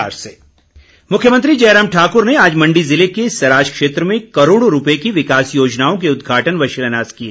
मुख्यमंत्री मुख्यमंत्री जयराम ठाक्र ने आज मण्डी ज़िले के सराज क्षेत्र में करोड़ों रूपए की विकास योजनाओं के उदघाटन व शिलान्यास किए